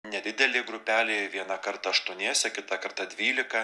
nedidelė grupelė vieną kartą aštuoniese kitą kartą dvylika